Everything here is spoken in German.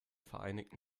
vereinigten